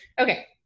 okay